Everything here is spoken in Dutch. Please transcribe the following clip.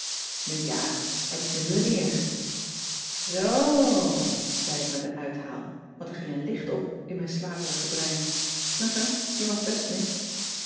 nu ja maar t is me nu een eer zoo zei ik met een uithaal want er ging een licht op in mijn slaperig brein enfin je mag best mee